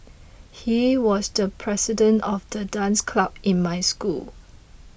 he was the president of the dance club in my school